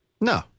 No